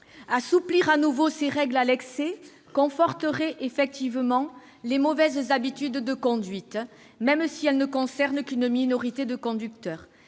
Assouplir de nouveau ces règles à l'excès conforterait effectivement les mauvaises habitudes de conduite, même si elles ne concernent qu'une minorité de conducteurs.